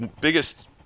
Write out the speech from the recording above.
biggest